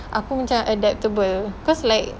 aku macam adaptable cause like